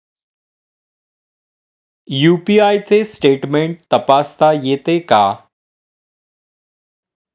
UPI चे statement तपासता येते का?